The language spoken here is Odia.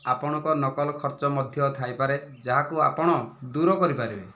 ଆପଣଙ୍କର ନକଲ ଖର୍ଚ୍ଚ ମଧ୍ୟ ଥାଇପାରେ ଯାହାକୁ ଆପଣ ଦୂର କରିପାରିବେ